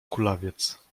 kulawiec